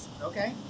Okay